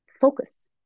focused